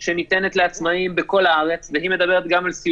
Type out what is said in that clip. צריך להבין שבכל זאת לא מדובר על יחסי עבודה אלא על מעסיק